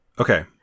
okay